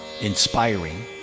inspiring